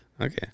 okay